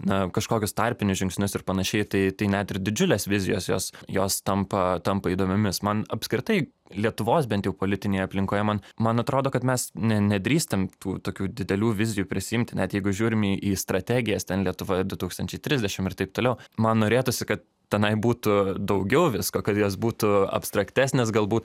na kažkokius tarpinius žingsnius ir panašiai tai tai net ir didžiulės vizijos jos jos tampa tampa įdomiomis man apskritai lietuvos bent jau politinėje aplinkoje man man atrodo kad mes ne nedrįstam tų tokių didelių vizijų prisiimti net jeigu žiūrim į į strategijas ten lietuva du tūkstančiai trisdešim ir taip toliau man norėtųsi kad tenai būtų daugiau visko kad jos būtų abstraktesnės galbūt